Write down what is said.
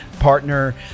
partner